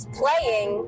playing